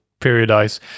periodize